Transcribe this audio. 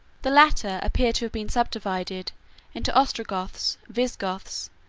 the latter appear to have been subdivided into ostrogoths, visigoths,